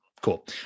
Cool